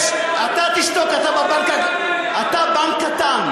אתה תשתוק, אתה בנק קטן.